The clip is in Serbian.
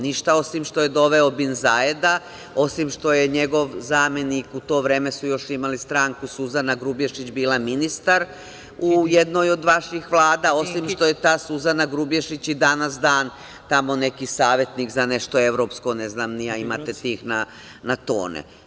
Ništa, osim što je doveo bin Zajeda, osim što je njegov zamenik, u to vreme su još imali stranku, Suzana Grubješić je bila ministar u jednoj od vaših vlada, osim što je ta Suzana Grubješić i dan danas tamo neki savetnik za nešto evropsko, ne znam ni ja, imate tih na tone.